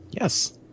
yes